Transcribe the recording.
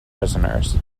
prisoners